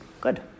good